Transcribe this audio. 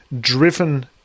driven